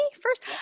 first